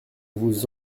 vous